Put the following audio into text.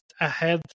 ahead